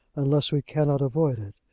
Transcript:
unless we cannot avoid it.